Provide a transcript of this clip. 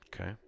Okay